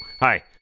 Hi